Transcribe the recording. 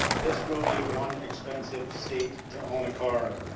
this will be one expensivestate to own a car.